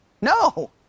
No